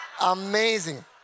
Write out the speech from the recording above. amazing